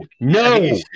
no